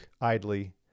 idly